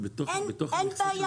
אין בעיה,